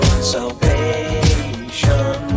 Salvation